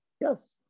yes